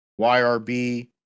YRB